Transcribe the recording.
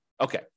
Okay